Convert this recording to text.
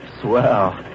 Swell